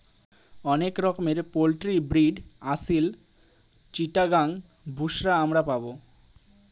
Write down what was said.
অনেক রকমের poultry breed Aseel, Chittagong, বুশরা আমরা পাবো